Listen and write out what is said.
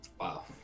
Wow